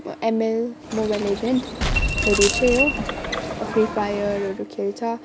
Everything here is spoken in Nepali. एमएल मोबाइल लेजेन्ड हरू चाहिँ हो फ्री फायरहरू खेल्छ